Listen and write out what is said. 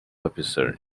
officers